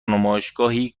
نمایشگاهی